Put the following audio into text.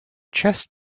chest